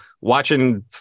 watching